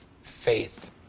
faith